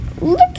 Look